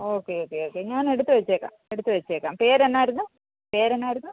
okay okay okay ഞാൻ എടുത്ത് വെച്ചേക്കാം എടുത്ത് വെച്ചേക്കാം പേര് എന്തായിരുന്നു പേര് എന്തായിരുന്നു